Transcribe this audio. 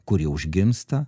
kuri užgimsta